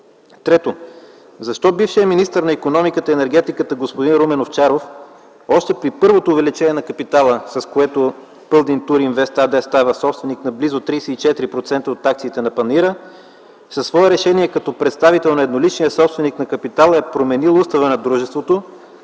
Трето, защо бившият министър на икономиката и енергетиката господин Румен Овчаров още при първото увеличение на капитала, с което „Пълдин туринвест” АД става собственик на близо 34% от акциите на панаира, със свое решение като представител на едноличния собственик на капитала е променил устава на дружеството,